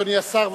אדוני השר,